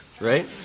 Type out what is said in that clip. right